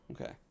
Okay